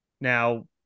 Now